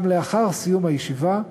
גם לאחר סיום הישיבה,